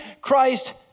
Christ